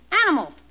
Animal